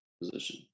position